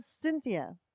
Cynthia